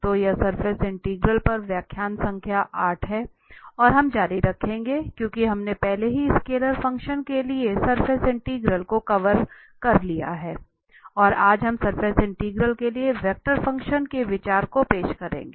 तो यह surface integral पर व्याख्यान संख्या 8 है और हम जारी रखेंगे क्योंकि हमने पहले ही स्केलर फंक्शन के लिए सरफेस इंटीग्रल को कवर कर लिया है और आज हम सरफेस इंटीग्रल के लिए वेक्टर फंक्शन के विचार को पेश करेंगे